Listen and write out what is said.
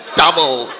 double